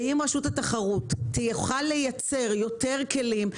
ואם רשות התחרות תוכל לייצר יותר כלים,